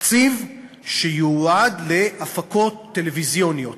תקציב שייועד להפקות טלוויזיוניות.